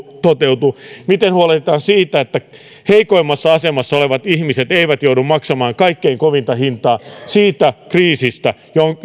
toteutuu miten huolehdimme siitä että heikoimmassa asemassa olevat ihmiset eivät joudu maksamaan kaikkein kovinta hintaa kriisistä